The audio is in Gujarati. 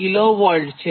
21∠0°kV છે